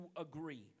agree